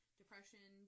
depression